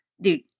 dude